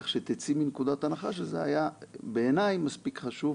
כך שתצאי מנקודת הנחה שזה היה בעיניי מספיק חשוב